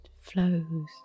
flows